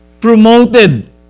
promoted